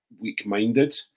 weak-minded